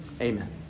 Amen